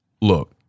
Look